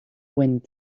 wind